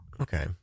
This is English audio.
Okay